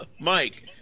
Mike